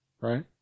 right